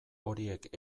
horiek